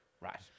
Right